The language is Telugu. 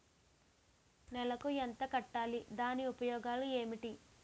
నెలకు ఎంత కట్టాలి? దాని ఉపయోగాలు ఏమిటి?